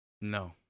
no